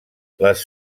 les